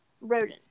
Rodent